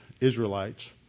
Israelites